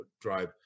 drive